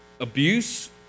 abuse